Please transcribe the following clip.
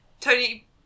Tony